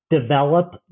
develop